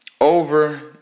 over